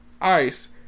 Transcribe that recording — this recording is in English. ice